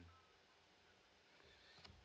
okay